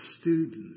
students